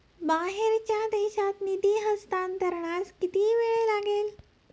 बाहेरच्या देशात निधी हस्तांतरणास किती वेळ लागेल?